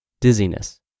Dizziness